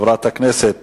חברת הכנסת